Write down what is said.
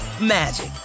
magic